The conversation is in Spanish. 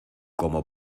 como